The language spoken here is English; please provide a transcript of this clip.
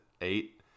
eight